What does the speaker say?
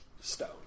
stone